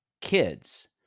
kids